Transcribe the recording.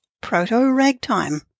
proto-ragtime